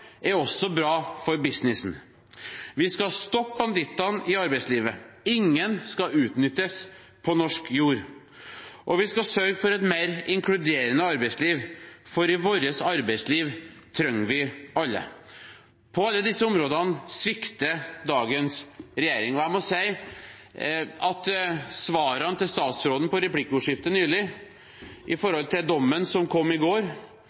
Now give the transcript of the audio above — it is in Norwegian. er også bra for businessen. Vi skal stoppe bandittene i arbeidslivet – ingen skal utnyttes på norsk jord. Og vi skal sørge for et mer inkluderende arbeidsliv, for i vårt arbeidsliv trenger vi alle. På alle disse områdene svikter dagens regjering. Jeg må si at svarene til statsråden i replikkordskiftet nylig når det gjelder dommen som kom i går,